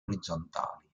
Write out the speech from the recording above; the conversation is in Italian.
orizzontali